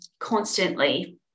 constantly